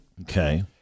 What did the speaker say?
Okay